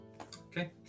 Okay